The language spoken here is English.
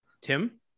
Tim